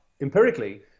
empirically